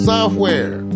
Software